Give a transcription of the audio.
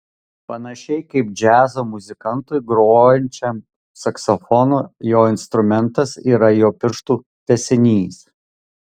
panašiai kaip džiazo muzikantui grojančiam saksofonu jo instrumentas yra jo pirštų tęsinys